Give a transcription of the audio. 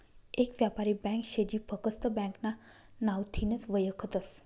येक यापारी ब्यांक शे जी फकस्त ब्यांकना नावथीनच वयखतस